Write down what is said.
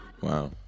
Wow